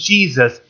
Jesus